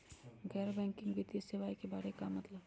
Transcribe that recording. गैर बैंकिंग वित्तीय सेवाए के बारे का मतलब?